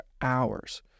hours